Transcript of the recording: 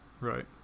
right